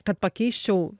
kad pakeisčiau